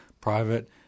private